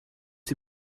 ses